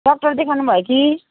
doctor देखाउनु भयो कि